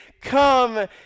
come